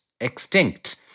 extinct